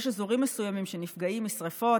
יש אזורים מסוימים שנפגעים משרפות,